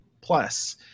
Plus